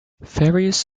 various